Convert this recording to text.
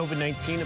COVID-19